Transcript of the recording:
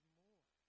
more